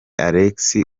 alexis